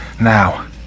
now